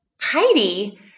Heidi